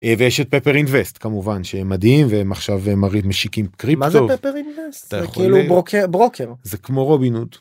יש את פפר אינוויסט כמובן שהם מדהים והם עכשיו מראים משיקים קריפטו כאילו ברוקר זה כמו רובין הוד